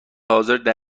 حاضردر